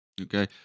Okay